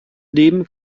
dem